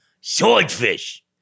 Swordfish